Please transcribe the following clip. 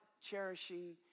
cherishing